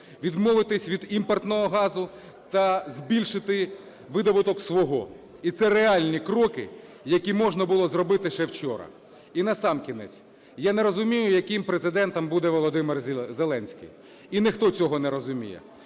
відмовитись від імпортного газу та збільшити видобуток свого. І це реальні кроки, які можна було зробити ще вчора. І насамкінець, я не розумію, яким Президентом буде Володимир Зеленський, і ніхто цього не розуміє,